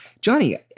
Johnny